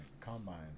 Combine